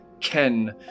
Ken